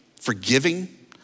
forgiving